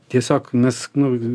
tiesiog mes nu